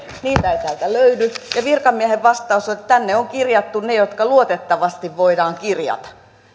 niitä ei täältä löydy ja virkamiehen vastaus on että tänne on kirjattu ne jotka luotettavasti voidaan kirjata